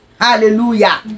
Hallelujah